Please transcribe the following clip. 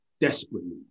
desperately